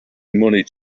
money